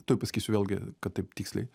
tuoj pasakysiu vėlgi kad taip tiksliai